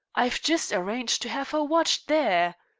i've just arranged to have her watched there.